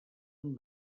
amb